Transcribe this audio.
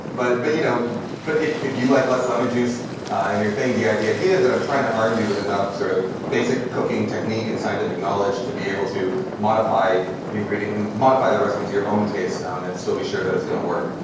but but you know but if if you like less lemon juice in you thing the idea idea is that i'm trying to arm you with enough sort of basic cooking technique and scientific knowledge to be able to modify the ingredient, um modify the recipe to your own taste um and still be sure that it's going to work.